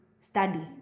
study